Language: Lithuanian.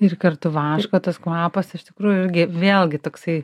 ir kartu vaško tas kvapas iš tikrųjų irgi vėlgi toksai